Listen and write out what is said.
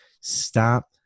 Stop